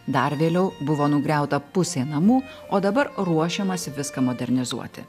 dar vėliau buvo nugriauta pusė namų o dabar ruošiamasi viską modernizuoti